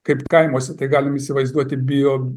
kaip kaimuose tai galim įsivaizduoti bio